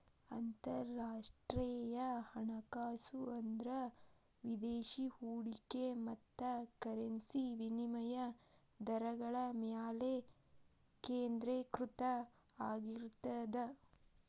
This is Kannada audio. ಅಂತರರಾಷ್ಟ್ರೇಯ ಹಣಕಾಸು ಅಂದ್ರ ವಿದೇಶಿ ಹೂಡಿಕೆ ಮತ್ತ ಕರೆನ್ಸಿ ವಿನಿಮಯ ದರಗಳ ಮ್ಯಾಲೆ ಕೇಂದ್ರೇಕೃತ ಆಗಿರ್ತದ